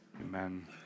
amen